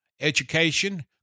education